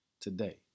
Today